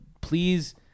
please